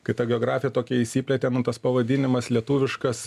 kai tą geografiją tokią išsiplėtėm tas pavadinimas lietuviškas